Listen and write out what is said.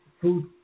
food